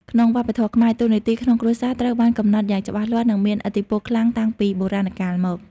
ក្នុងវប្បធម៌ខ្មែរ តួនាទីក្នុងគ្រួសារត្រូវបានកំណត់យ៉ាងច្បាស់លាស់ និងមានឥទ្ធិពលខ្លាំងតាំងពីបុរាណកាលមក។